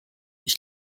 ich